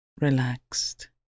relaxed